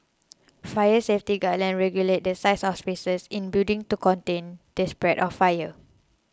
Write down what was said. fire safety guidelines regulate the size of spaces in building to contain the spread of fire